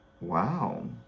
Wow